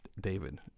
David